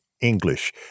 English